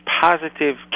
positive